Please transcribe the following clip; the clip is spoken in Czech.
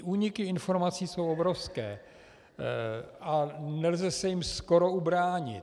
Úniky informací jsou obrovské a nelze se jim skoro ubránit.